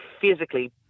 physically